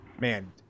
Man